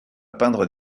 peindre